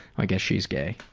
i guess she's gay.